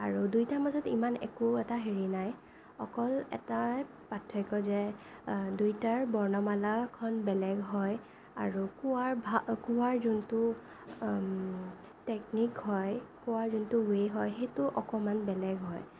আৰু দুইটাৰ মাজত ইমান একো এটা হেৰি নাই অকল এটাই পাৰ্থক্য যে দুইটাৰ বৰ্ণমালাখন বেলেগ হয় আৰু কোৱাৰ ভা কোৱাৰ যোনটো টেকনিক হয় কোৱাৰ যোনটো ৱে হয় সেইটো অকণমান বেলেগ হয়